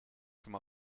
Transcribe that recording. from